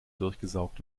durchgesaugt